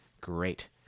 great